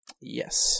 Yes